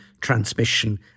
transmission